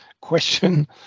question